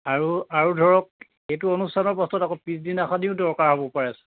আৰু আৰু ধৰক এইটো অনুষ্ঠানৰ পাছত আকৌ পিছদিনাখনিও দৰকাৰ হ'ব পাৰে